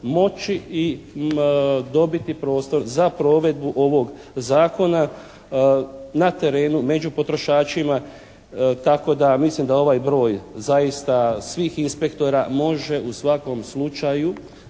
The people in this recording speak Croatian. moći i dobiti prostor za provedbu ovog zakona na terenu, među potrošačima. Tako da mislim da ovaj broj zaista svih inspektora može u svakom slučaju